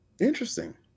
Interesting